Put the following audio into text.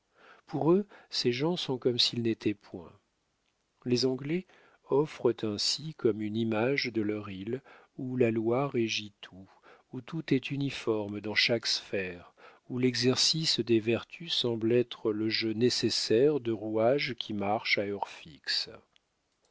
pour eux ces gens sont comme s'ils n'étaient point les anglais offrent ainsi comme une image de leur île où la loi régit tout où tout est uniforme dans chaque sphère où l'exercice des vertus semble être le jeu nécessaire de rouages qui marchent à heure fixe